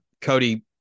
Cody